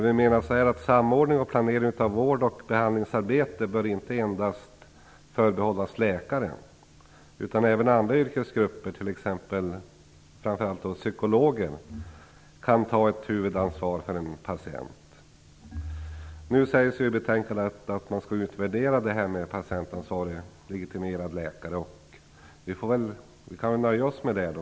Vi menar att samordning och planering av vård och behandlingsarbete inte bör förbehållas endast läkare utan att även andra yrkesgrupper, framför allt psykologer, kan ta ett huvudansvar för en patient. I betänkandet uttalas att behovet av legitimerad patientansvarig läkare bör utvärderas, och vi kan väl nöja oss med det.